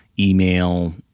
Email